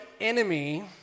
enemy